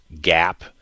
gap